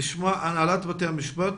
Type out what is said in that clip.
כרגע נשמע את הנהלת בתי המשפט,